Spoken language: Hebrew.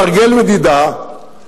סרגל מדידה,